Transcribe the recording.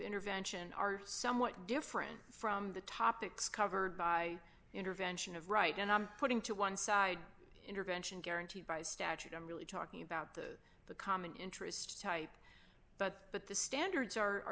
intervention are somewhat different from the topics covered by the intervention of right and i'm putting to one side intervention guaranteed by statute i'm really talking about the the common interest type but the standards are